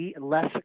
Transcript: less